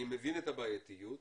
אני מבין את הבעייתיות.